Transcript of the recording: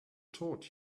taught